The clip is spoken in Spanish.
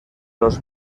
los